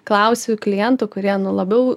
klausiu klientų kurie labiau